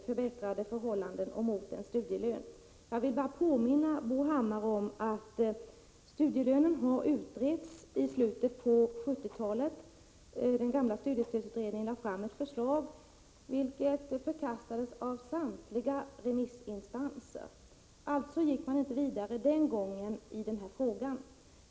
Fru talman! Jag vill ge en kort kommentar till Bo Hammars inlägg. Han påstod att regeringen vägrat att ta det allra minsta steg på vägen mot förbättrade förmåner och en studielön. Jag vill bara påminna Bo Hammar om att studielönen har utretts i slutet på 1970-talet. Den gamla studiestödsutredningen lade fram ett förslag, vilket förkastades av samtliga remissinstanser. Man gick alltså inte vidare den gången i denna fråga.